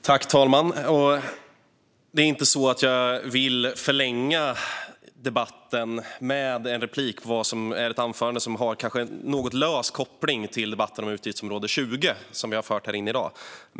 Herr talman! Jag vill inte förlänga debatten med en replik på ett anförande som har en något lös koppling till denna debatt om utgiftsområde 20.